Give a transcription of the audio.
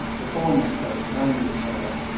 the former state bound itself,